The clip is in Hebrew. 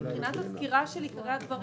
מבחינת הסקירה אלה עיקרי הדברים,